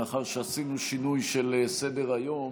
מאחר שעשינו שינוי של סדר-היום,